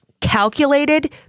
calculated